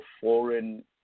foreign